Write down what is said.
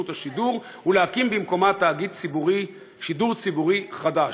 השידור ולהקים במקומה תאגיד שידור ציבורי חדש.